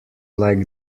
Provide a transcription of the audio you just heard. like